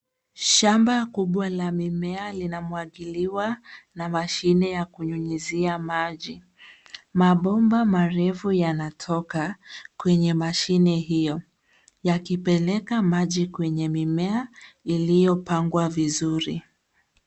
Shamba kubwa la mimea linamwagiliwa na mshine ya kunyunyuzia maji. Mabomba marefu yanatoka lwenye mashine hiyo yakipeleka maji kwenye mimea iliyo pangwa vizuri.